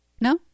No